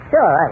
Sure